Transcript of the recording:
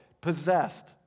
possessed